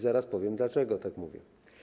Zaraz powiem, dlaczego tak mówię.